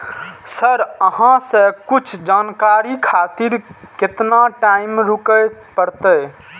Sir अहाँ से कुछ जानकारी खातिर केतना टाईम रुके परतें?